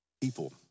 people